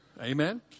Amen